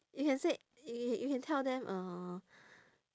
you can said y~ y~ you can tell them uh